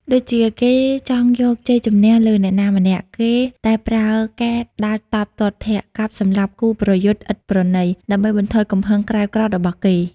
ដូចជា គេចង់យកជ័យជម្នះលើអ្នកណាម្នាក់ គេតែប្រើការដាល់តប់ទាត់ធាក់ កាប់សម្លាប់គូប្រយុទ្ធឥតប្រណី ដើម្បីបន្ថយកំហឹងក្រេវក្រោធរបស់គេ ។